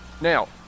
Now